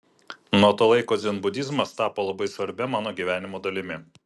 nuo to laiko dzenbudizmas tapo labai svarbia mano gyvenimo dalimi